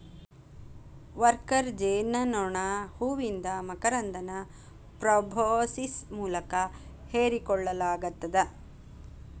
worker ಜೇನನೋಣ ಹೂವಿಂದ ಮಕರಂದನ ಪ್ರೋಬೋಸಿಸ್ ಮೂಲಕ ಹೇರಿಕೋಳ್ಳಲಾಗತ್ತದ